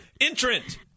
entrant